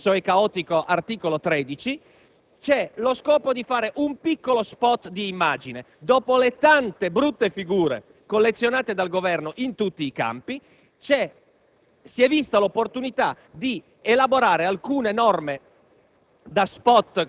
(tacendo quelli più oscuri, nascosti nell'immenso e caotico articolo 13), quello di lanciare un piccolo *spot* di immagine. Dopo le tante brutte figure collezionate dal Governo in tutti i campi, si